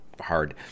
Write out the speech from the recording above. hard